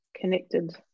connected